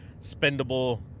spendable